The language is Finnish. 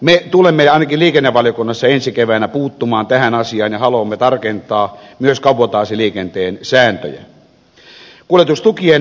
me tulemme ainakin liikennevaliokunnassa ensi keväänä puuttumaan tähän asiaan ja haluamme tarkentaa myös kabotaasiliikenteen sääntöjä